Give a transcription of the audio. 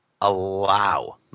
allow